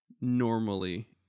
normally